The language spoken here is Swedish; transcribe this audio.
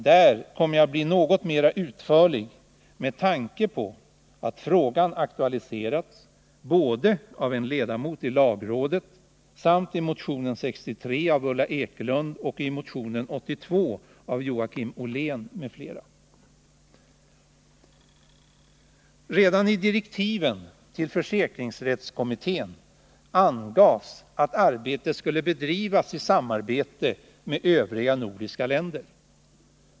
Där kommer jag att bli något mera utförlig med tanke på att frågan aktualiserats både av en ledamot i lagrådet samt i motionen 63 av Ulla Ekelund och i motionen 82 av Joakim Ollén m.fl. Redan i direktiven till försäkringsrättskommittén angavs att arbetet skulle bedrivas i samarbete med övriga nordiska länder.